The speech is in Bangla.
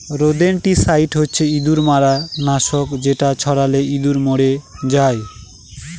রোদেনটিসাইড হচ্ছে ইঁদুর মারার নাশক যেটা ছড়ালে ইঁদুর মরে যায়